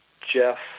Jeff